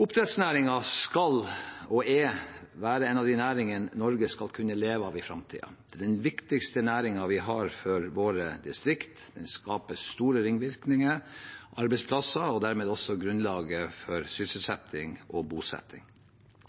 Oppdrettsnæringen skal være og er en av de næringene Norge skal kunne leve av i framtiden. Det er den viktigste næringen vi har for våre distrikter. Den skaper store ringvirkninger, arbeidsplasser og dermed også grunnlaget for sysselsetting og bosetting.